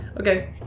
Okay